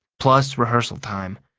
plus rehearsal time.